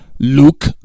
luke